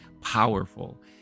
powerful